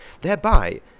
Thereby